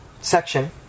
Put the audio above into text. section